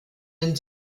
den